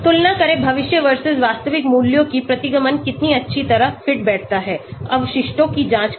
तुलना करें भविष्य versus वास्तविक मूल्यों की प्रतिगमन कितनी अच्छी तरह फिट बैठता है अवशिष्टों की जांच करें